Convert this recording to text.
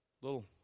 little